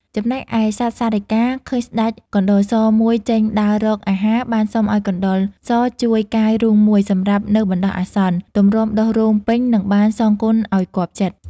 ចំណែកឯសត្វសារិកា ឃើញស្ដេចកណ្ដុរសមួយចេញដើររក អាហារ បានសុំឲ្យកណ្តុរសជួយកាយរូងមួយ សម្រាប់នៅបណ្តោះអាសន្ន ទម្រាំដុះរោម ពេញ នឹងបានសងគុណឲ្យគាប់ចិត្ត ។